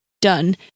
done